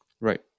Right